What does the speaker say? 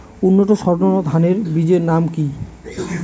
উন্নত সর্ন ধান বীজের নাম কি?